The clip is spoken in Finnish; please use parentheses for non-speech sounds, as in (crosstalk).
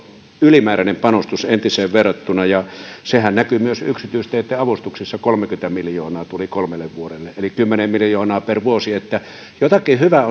ylimääräinen panostus entiseen verrattuna ja sehän näkyi myös yksityisteitten avustuksissa kolmekymmentä miljoonaa tuli kolmelle vuodelle eli kymmenen miljoonaa per vuosi että jotakin hyvää (unintelligible)